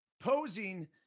posing